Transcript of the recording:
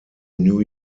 new